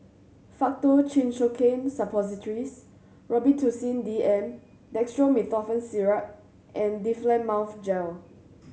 Faktu Cinchocaine Suppositories Robitussin D M Dextromethorphan Syrup and Difflam Mouth Gel